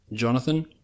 Jonathan